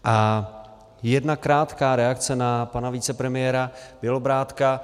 A jedna krátká reakce na pana vicepremiéra Bělobrádka.